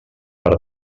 per